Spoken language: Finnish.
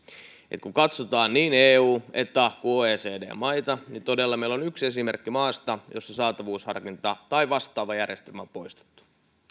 kun katsotaan niin eu eta kuin oecd maita niin todella meillä on yksi esimerkki maasta jossa saatavuusharkinta tai vastaava järjestelmä on poistettu